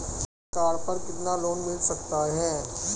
Pan card पर कितना loan मिल सकता है?